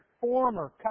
former